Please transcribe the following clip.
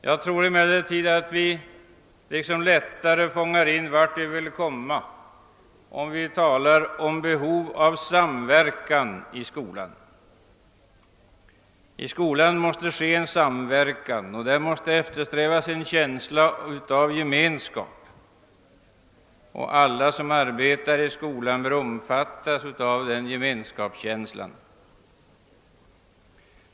Jag tror emellertid, att vi lättare fångar in vart vi vill komma, om vi talar om behov av samverkan i skolan. I skolan måste ske en samverkan, och där måste eftersträvas en känsla av gemenskap. Alla som arbetar i skolan bör omfattas av den gemenskapskänslan.